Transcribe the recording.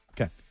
Okay